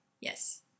Yes